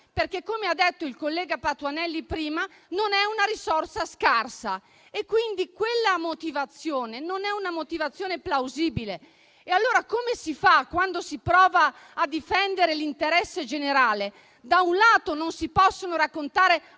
perché, come ha detto il collega Patuanelli prima, non è una risorsa scarsa. Quindi, quella non è una motivazione plausibile. E allora come si fa quando si prova a difendere l'interesse generale? Da un lato, non si possono raccontare